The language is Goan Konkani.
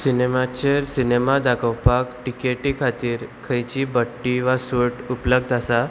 सिनेमाचेर सिनेमा दाखोवपाक टिकेटी खातीर खंयची बड्टी वा सूट उपलब्ध आसा